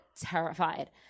terrified